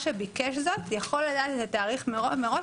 שביקש זאת יכול לדעת את התאריך מראש,